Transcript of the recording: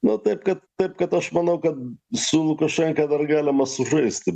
na taip kad taip kad aš manau kad su lukašenka dar galima sužaisti